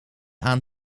aan